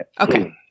Okay